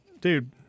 dude